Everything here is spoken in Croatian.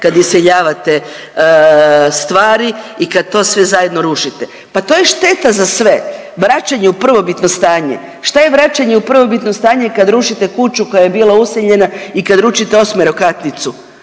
kad iseljavate stvari i kad to sve zajedno rušite, pa to je šteta za sve. Vraćanje u prvobitno stanje. Šta je vraćanje u prvobitno stanje kad rušite kuću koja je bila useljena i kad rušite osmerokatnicu?